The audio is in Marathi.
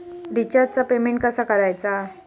रिचार्जचा पेमेंट कसा करायचा?